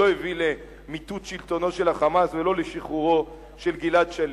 הוא לא הביא למיטוט שלטונו של ה"חמאס" ולא לשחרורו של גלעד שליט.